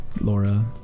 Laura